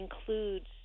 includes